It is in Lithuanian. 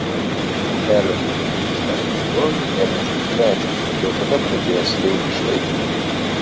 upelio vietoje iškasus griovį ėmė džiūti medžiai jau tada pradėjo slinkti šlaitai